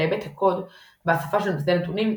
להיבט הקוד והשפה של מסדי נתונים,